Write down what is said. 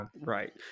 right